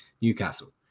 Newcastle